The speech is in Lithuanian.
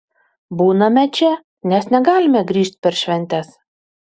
būname čia nes negalime grįžt per šventes